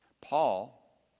Paul